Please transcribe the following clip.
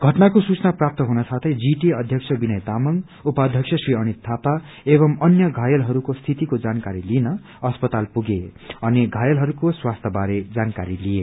घटनको सूचन प्राप्त हुनसाथै जीटिए अध्यक्ष विनय तामंग उपाध्यक्ष श्री अनित थापा एवं अन्य धायलहरूको स्थितिकोजानकारी लिन अस्पातपल पुगे अनि धायलहरूको स्वास्थ्य बारे जानकारी लिए